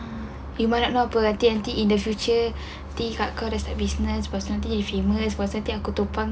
eh mana tahu [pe] in the future nanti kak kau dah start business lepas nanti if famous lepas nanti aku tumpang